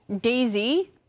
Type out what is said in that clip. Daisy